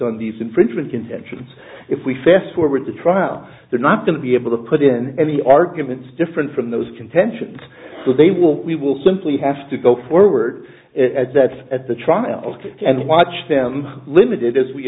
on these infringement contentions if we fast forward the trial they're not going to be able to put in any arguments different from those contentions so they will we will simply have to go forward at that at the trial and watch them limited as we